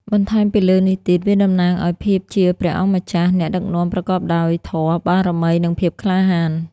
បន្ថែមពីលើនេះទៀតវាតំណាងឲ្យ ភាពជាព្រះអង្គម្ចាស់ អ្នកដឹកនាំប្រកបដោយធម៌ បារមី និងភាពក្លាហាន។